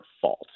fault